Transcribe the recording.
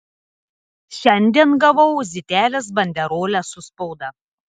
šiandien gavau zitelės banderolę su spauda